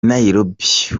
nairobi